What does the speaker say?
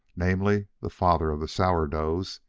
namely, the father of the sourdoughs,